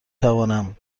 توانم